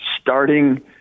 starting